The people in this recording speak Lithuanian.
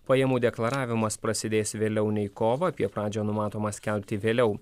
pajamų deklaravimas prasidės vėliau nei kovą apie pradžią numatoma skelbti vėliau